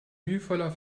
mühevoller